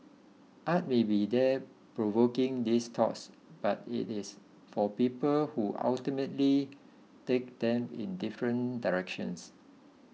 art may be there provoking these thoughts but it is for people who ultimately take them in different directions